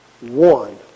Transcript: one